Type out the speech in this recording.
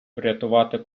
врятувати